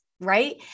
right